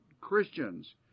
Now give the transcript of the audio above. Christians